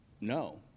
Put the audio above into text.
no